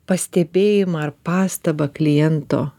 pastebėjimą ar pastabą kliento